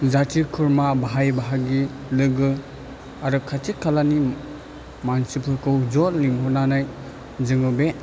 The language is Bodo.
जाथि खुरमा भाइ बाहागि लोगो आरो खाथि खालानि मानसिफोरखौ ज' लिंहरनानै जोङो बे